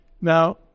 Now